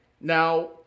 Now